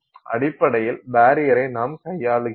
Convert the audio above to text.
அடிப்படையில் பரியரை நாம் கையாளுகிறோம்